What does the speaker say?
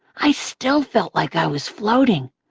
i still felt like i was floating,